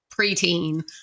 preteen